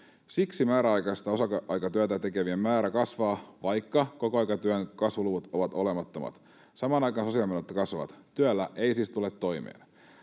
Siksi määräaikaista osa-aikatyötä tekevien määrä kasvaa, vaikka kokoaikatyön kasvuluvut ovat olemattomat. Samaan aikaan sosiaalimenot kasvavat. Työllä ei siis tule toimeen.